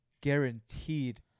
Guaranteed